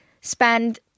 Spend